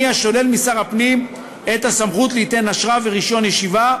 השולל משר הפנים את הסמכות ליתן אשרה ורישיון ישיבה,